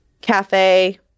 Cafe